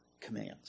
commands